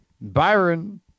Byron